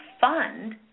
fund